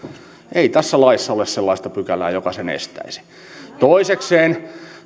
ei tässä laissa ole sellaista pykälää joka sen estäisi toisekseen